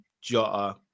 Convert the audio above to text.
Jota